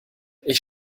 ich